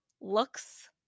looks